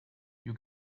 you